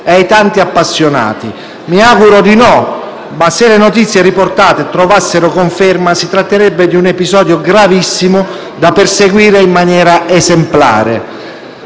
e ai tanti appassionati. Mi auguro di no, ma se le notizie riportate trovassero conferma si tratterebbe di un episodio gravissimo da perseguire in maniera esemplare.